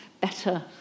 better